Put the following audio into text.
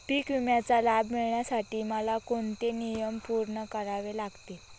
पीक विम्याचा लाभ मिळण्यासाठी मला कोणते नियम पूर्ण करावे लागतील?